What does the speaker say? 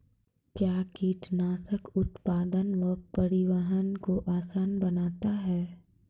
कया कीटनासक उत्पादन व परिवहन को आसान बनता हैं?